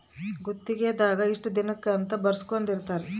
ಗುತ್ತಿಗೆ ದಾಗ ಇಷ್ಟ ದಿನಕ ಇಷ್ಟ ಅಂತ ಬರ್ಸ್ಕೊಂದಿರ್ತರ